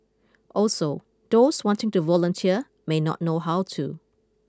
also those wanting to volunteer may not know how to